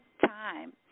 time